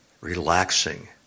relaxing